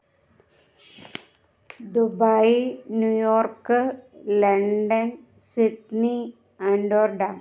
Dubai New York London Sydney Amsterdam